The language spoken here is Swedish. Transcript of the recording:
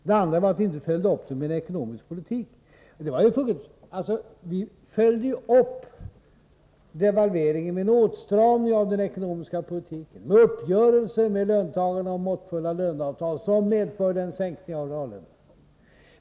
Det andra var att ni inte följde upp med en ekonomisk politik. Vi följde ju upp devalveringen med en åtstramning av den ekonomiska politiken, med uppgörelser med löntagarna om måttfulla löneavtal, som medförde en sänkning av reallönerna.